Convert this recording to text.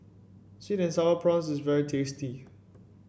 sweet and sour prawns is very tasty